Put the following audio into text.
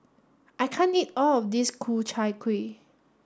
I can't eat all of this Ku Chai Kuih